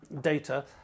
data